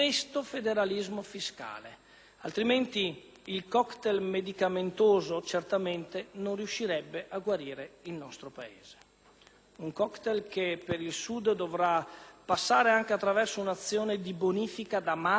altrimenti il *cocktail* medicamentoso certamente non riuscirà a guarire il nostro Paese. Si tratta di un *cocktail* che per il Sud dovrà passare anche attraverso un'azione di bonifica da mafie e malavita;